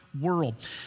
world